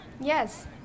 Yes